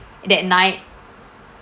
that night